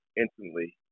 instantly